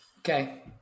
Okay